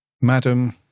Madam